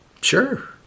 Sure